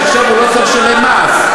שעכשיו הוא לא צריך לשלם מס.